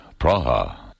Praha